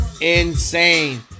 insane